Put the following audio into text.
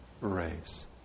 race